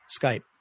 Skype